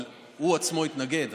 אבל הוא עצמו התנגד.